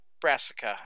Brassica